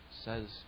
says